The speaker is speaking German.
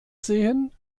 sehen